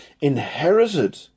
inherited